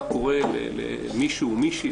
מה קורה למישהו או מישהי,